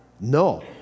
no